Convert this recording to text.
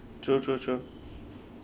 true true true